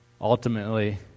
Ultimately